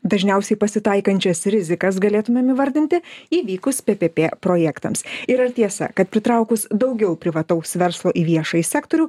dažniausiai pasitaikančias rizikas galėtumėm įvardinti įvykus ppp projektams ir ar tiesa kad pritraukus daugiau privataus verslo į viešąjį sektorių